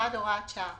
הוראת שעה